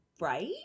Right